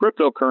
cryptocurrency